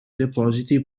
depositi